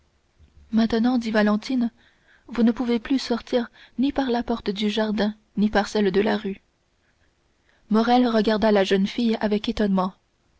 maintenant dit valentine vous ne pouvez plus sortir ni par la porte du jardin ni par celle de la rue morrel regarda la jeune fille avec étonnement